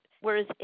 Whereas